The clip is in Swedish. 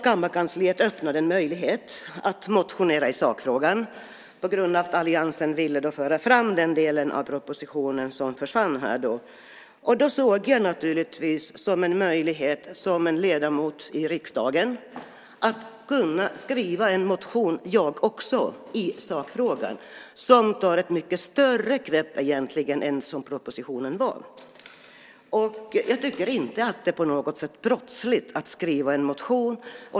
Kammarkansliet öppnade då en möjlighet att motionera i sakfrågan på grund av att alliansen ville föra fram den del som försvann med propositionen. Då såg jag det naturligtvis som en möjlighet att som ledamot i riksdagen skriva en motion i sakfrågan jag också, en motion som egentligen tar ett mycket större grepp än vad propositionen gjorde. Jag tycker inte att det på något sätt är brottsligt att skriva en motion.